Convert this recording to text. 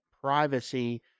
privacy